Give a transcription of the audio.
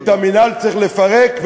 את המינהל צריך לפרק,